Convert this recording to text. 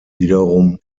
wiederum